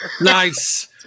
nice